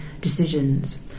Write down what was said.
decisions